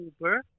Uber